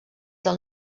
del